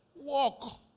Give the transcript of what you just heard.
Walk